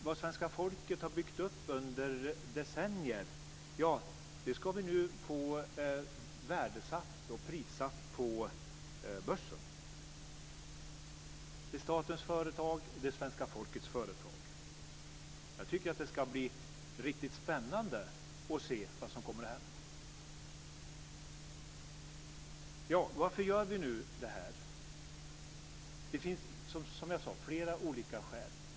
Vad svenska folket har byggt upp under decennier ska vi nu få värdesatt och prissatt på börsen. Det är statens företag och det är svenska folkets företag. Jag tycker att det ska bli riktigt spännande att se vad som kommer att hända. Varför gör vi detta? Det finns som jag sade flera olika skäl.